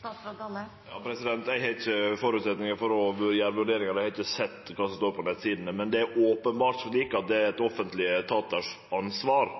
Eg har ikkje føresetnader for å gjere vurderingar av det; eg har ikkje sett kva som står på nettsidene. Men det er openbert at det er offentlege etatar sitt ansvar